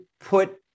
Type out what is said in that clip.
put